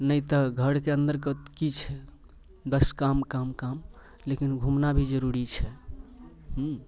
नहि तऽ घरके अन्दर की छै बस काम काम काम लेकिन घुमना भी जरूरी छै हूँ